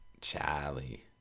Charlie